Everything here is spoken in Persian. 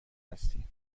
هستین